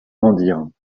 rendirent